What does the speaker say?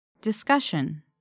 Discussion